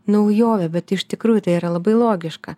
naujovė bet iš tikrųjų tai yra labai logiška